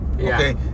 Okay